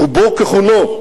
רובו ככולו,